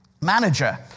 manager